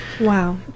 Wow